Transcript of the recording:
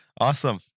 Awesome